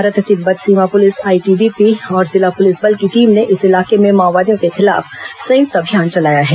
भारत तिब्बत सीमा police ITBP और जिला पुलिस बल की टीम ने इस इलाके में माओवादियों के खिलाफ संयुक्त अभियान चलाया है